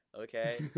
Okay